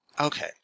Okay